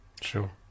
Sure